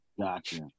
Gotcha